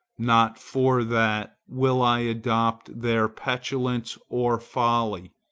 not for that will i adopt their petulance or folly,